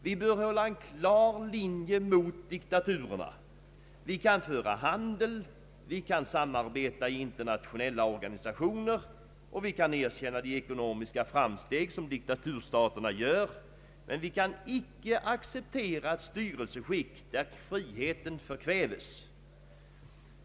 Vi bör hålla en klar linje mot diktaturerna. Vi kan föra handel, samarbeta i internationella organisationer och erkänna de ekonomiska framsteg diktaturstaterna gör, men vi kan icke accpetera ett styrelseskick där friheten förkväves.